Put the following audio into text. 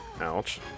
Ouch